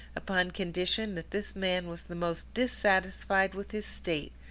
upon condition that this man was the most dissatisfied with his state,